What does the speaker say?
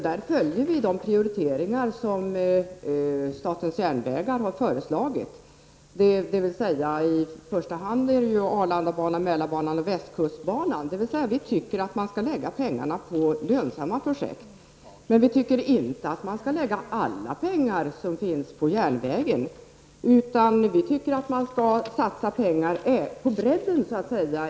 Det innebär att de prioriteringar som statens järnvägar har föreslagit sker, i första hand gäller det Vi moderater tycker alltså att man skall lägga pengar på lönsamma projekt. Men vi tycker inte att man skall lägga alla pengar som finns på järnvägen, utan vi tycker att man skall satsa pengar så att säga på bredden i infrastrukturen.